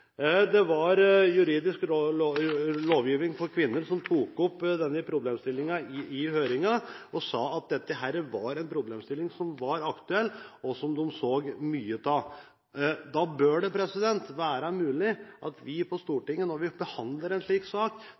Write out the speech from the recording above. Det var Juridisk lovgivning for kvinner, JURK, som tok opp denne problemstillingen i høringen og sa at dette var en problemstilling som var aktuell, og som de så mye av. Da bør det være mulig at vi på Stortinget, når vi behandler en slik sak,